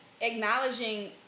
acknowledging